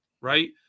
Right